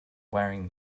wearing